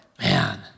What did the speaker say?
man